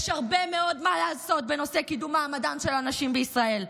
יש הרבה מאוד מה לעשות בנושא קידום מעמדן של הנשים בישראל.